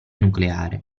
nucleare